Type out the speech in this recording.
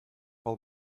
pel